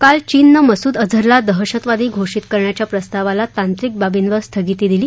काल चीननं मसूद अजहरला दहशतवादी घोषित करण्याच्या प्रस्तावाला तांत्रिक बाबींवर स्थगिती दिली